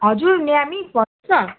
हजुर निया मिस भन्नु होस् न